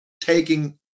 taking